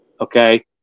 Okay